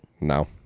No